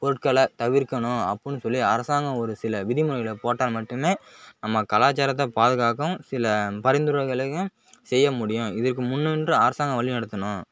பொருட்களை தவிர்க்கணும் அப்புடின் சொல்லி அரசாங்கம் ஒரு சில விதிமுறைகளை போட்டால் மட்டும் நம்ம கலாச்சாரத்தை பாதுகாக்கவும் சில பரிந்துரைகளையும் செய்ய முடியும் இதற்கு முன் நின்று அரசாங்கம் வழிநடத்தணும்